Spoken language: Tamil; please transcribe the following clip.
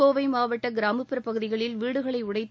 கோவை மாவட்ட கிராமப்புறப் பகுதிகளில் வீடுகளை உடைத்து